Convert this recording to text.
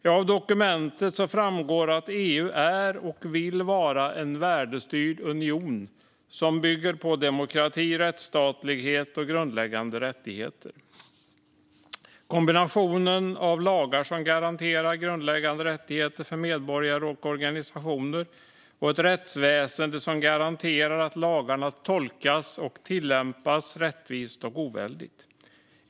Av dokumentet framgår det att EU är och vill vara en värdestyrd union som bygger på demokrati, rättsstatlighet och grundläggande rättigheter - kombinationen av lagar som garanterar grundläggande rättigheter för medborgare och organisationer och ett rättsväsen som garanterar att lagarna tolkas och tillämpas rättvist och oväldigt.